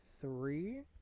three